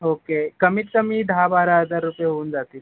okay कमीतकमी दहा बारा हजार रुपये होऊन जातील